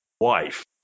wife